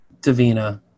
Davina